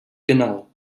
genau